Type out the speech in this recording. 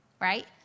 right